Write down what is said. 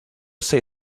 say